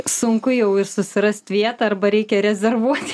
sunku jau ir susirast vietą arba reikia rezervuot